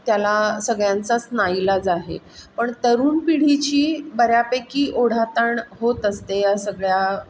त्याला सगळ्यांचाच नाईलाज आहे पण तरुण पिढीची बऱ्यापैकी ओढाताण होत असते या सगळ्या